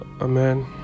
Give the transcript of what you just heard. Amen